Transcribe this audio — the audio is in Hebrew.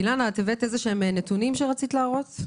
אילנה, את הבאת איזשהם נתונים שרצית להראות?